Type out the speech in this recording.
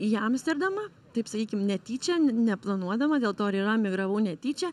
į amsterdamą taip sakykim netyčia neplanuodama dėl to ir yra emigravau netyčia